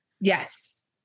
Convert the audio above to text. Yes